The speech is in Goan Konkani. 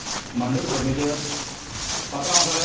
मांडवी फर्निचर पात्रांव आसा रे